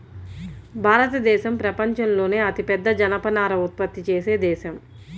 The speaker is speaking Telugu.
భారతదేశం ప్రపంచంలోనే అతిపెద్ద జనపనార ఉత్పత్తి చేసే దేశం